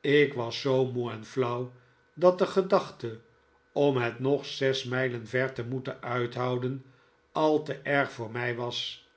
ik was zoo moe en flauw dat de gedachte om het nog zes mijlen ver te moeten uithouden al te erg voor mij was